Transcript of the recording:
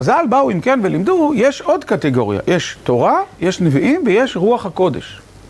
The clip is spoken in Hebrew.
חז"ל באו אם כן ולימדו, יש עוד קטגוריה: יש תורה, יש נביאים ויש רוח הקודש.